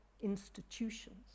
institutions